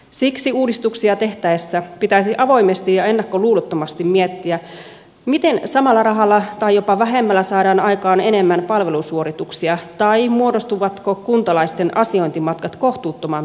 siksi uudistuksia tehtäessä pitäisi avoimesti ja ennakkoluulottomasti miettiä miten samalla rahalla tai jopa vähemmällä saadaan aikaan enemmän palvelusuorituksia tai muodostuvatko kuntalaisten asiointimatkat kohtuuttoman pitkiksi